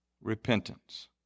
repentance